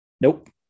Nope